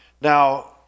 Now